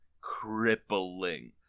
crippling